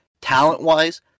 Talent-wise